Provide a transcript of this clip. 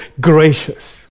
gracious